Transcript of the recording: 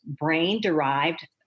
brain-derived